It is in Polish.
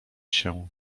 się